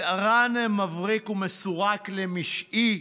שערן מבריק ומסורק למשעי,